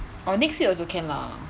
or next week also can lah